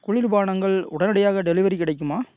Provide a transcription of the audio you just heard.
குளிர்பானங்கள் உடனடியாக டெலிவரி கிடைக்குமா